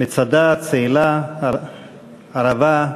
מצדה, צאלה, ערבה,